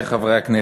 חברי חברי הכנסת,